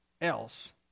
else